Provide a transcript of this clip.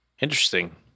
interesting